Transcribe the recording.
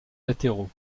latéraux